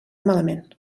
malament